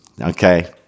Okay